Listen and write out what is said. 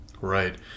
Right